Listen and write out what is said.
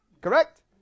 Correct